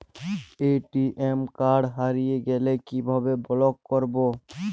ATM card হারিয়ে গেলে কিভাবে ব্লক করবো?